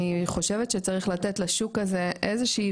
אני חושבת שצריך לתת לשוק הזה איזו שהיא